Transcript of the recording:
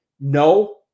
no